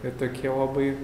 tai tokie labai